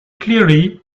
clearly